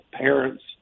parents